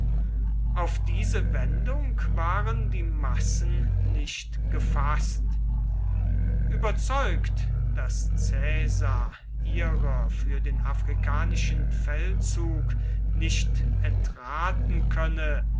auf diese wendung waren die massen nicht gefaßt überzeugt daß caesar ihrer für den afrikanischen feldzug nicht entraten könne